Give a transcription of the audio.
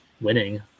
winning